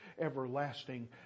everlasting